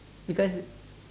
because